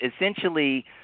essentially